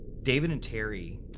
david and terry,